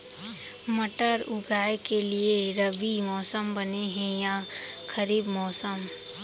मटर उगाए के लिए रबि मौसम बने हे या खरीफ मौसम?